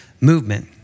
movement